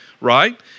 right